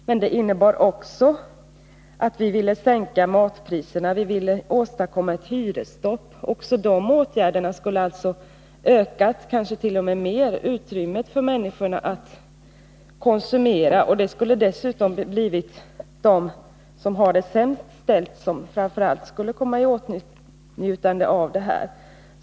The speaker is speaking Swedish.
De innebar också att vi ville sänka matpriserna och genomföra ett hyresstopp. Också de åtgärderna skulle alltså ha ökat utrymmet för människorna att konsumera — kanske t.o.m. mer — och det skulle dessutom ha blivit de som har det sämst ställt som framför allt kom i åtnjutande av detta.